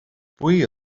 buí